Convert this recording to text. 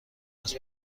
است